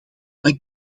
een